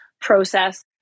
process